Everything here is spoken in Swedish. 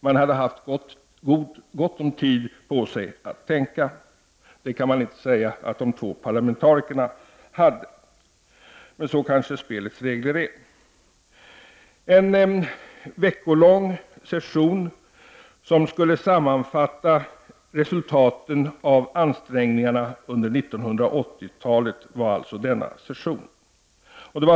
Man hade haft gott om tid på sig att tänka, något som man inte kan säga att de två parlamentarikerna hade. Men spelets regler kanske är sådana. Detta var alltså en veckolång session, som skulle sammanfatta resultaten av ansträngningarna under 1980-talet.